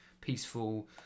peaceful